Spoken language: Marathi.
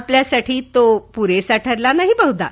आपल्यासाठी तो पुरेसा ठरला नाही बहुधा